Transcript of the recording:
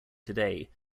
today